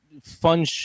fun